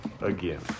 again